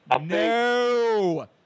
no